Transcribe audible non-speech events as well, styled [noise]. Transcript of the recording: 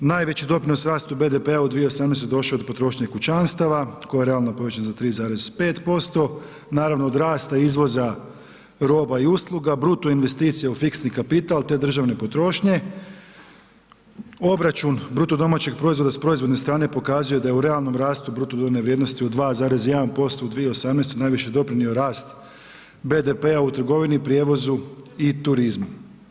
Najveći doprinos rastu BDP-a u 2018. došao je od potrošnje kućanstava, koja je realno povećan za 3,5%. naravno, od rasta izvoza roba i usluga, bruto investicije u fiksni kapital te državne potrošnje, obračun bruto domaćeg proizvoda s proizvodne strane pokazuje da je u realnom rastu ... [unintelligible] vrijednosti od 2,1% u 2018. najviše doprinio rast BDP-a u trgovini, prijevozu i turizmu.